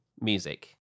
music